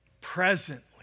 Presently